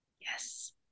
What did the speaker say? Yes